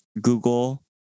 Google